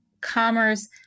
commerce